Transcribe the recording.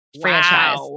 franchise